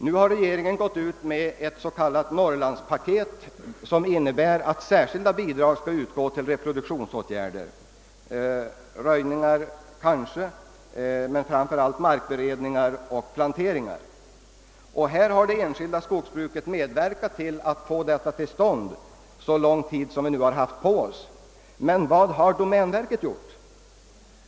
Nu har regeringen lagt fram ett s.k. Norrlandspaket, som bl.a. innebär att särskilda bidrag skall utgå till reproduktionsåtgärder — kanske till röjning men framför allt till markberedning och plantering. Det enskilda skogsbruket har under den korta tid som man har haft på sig medverkat till att sådana åtgärder skall komma till stånd. Vad har domänverket gjort?